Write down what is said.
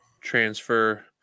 transfer